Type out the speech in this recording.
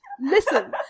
Listen